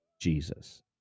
Jesus